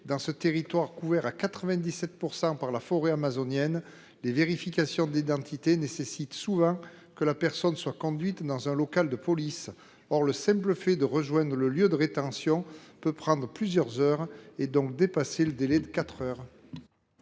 dans ce territoire couvert à 97 % par la forêt amazonienne, les vérifications d’identité nécessitent souvent que la personne soit conduite dans un local de police. Or le simple fait de rejoindre le lieu de rétention peut prendre plusieurs heures, et donc dépasser le délai de quatre heures.